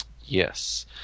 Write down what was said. Yes